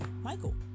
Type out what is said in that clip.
Michael